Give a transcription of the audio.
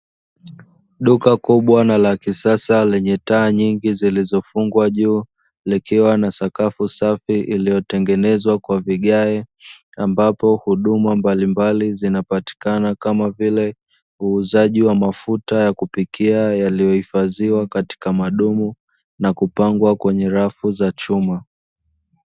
Duka kubwa na la kisasa lenye taa nyingi zilizofungwa juu, likiwa na sakafu safi iliyotengenezwa kwa vigae, ambapo huduma mbalimbali zinapatikana kama vile; uuzaji wa mafuta ya kupikia yaliyohifadhiwa katika madumu na kupangwa katika rafu za chuma.